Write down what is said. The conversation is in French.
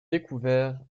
découvert